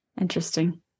Interesting